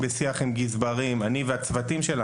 והצוותים שלנו,